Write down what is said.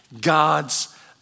God's